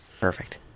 perfect